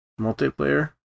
multiplayer